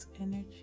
energy